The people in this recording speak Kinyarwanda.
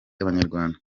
abanyarwanda